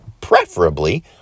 preferably